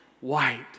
white